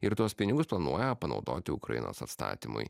ir tuos pinigus planuoja panaudoti ukrainos atstatymui